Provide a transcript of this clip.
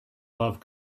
love